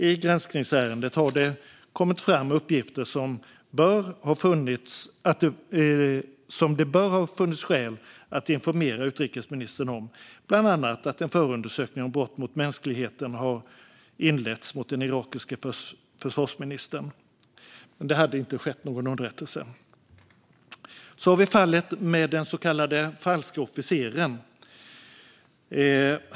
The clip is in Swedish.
I granskningsärendet har det kommit fram uppgifter som det bör ha funnits skäl att informera utrikesministern om, bland annat att en förundersökning om brott mot mänskligheten inletts mot den irakiske försvarsministern. Men det hade inte skett någon underrättelse. Sedan har vi fallet med den så kallade falske officeren.